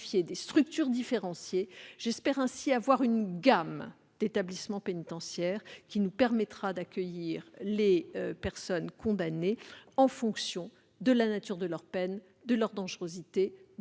différenciées, que cette gamme d'établissements pénitentiaires nous permettra d'accueillir les personnes condamnées en fonction de la nature de leur peine, de leur dangerosité, de leur parcours